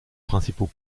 principaux